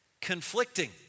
Conflicting